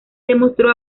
demostró